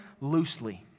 loosely